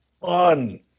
fun